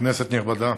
כנסת נכבדה,